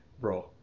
bro